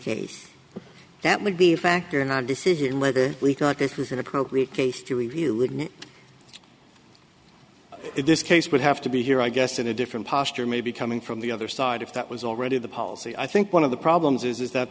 case that would be a factor in our decision whether weak our case was an appropriate case to review would in this case it would have to be here i guess in a different posture maybe coming from the other side if that was already the policy i think one of the problems is that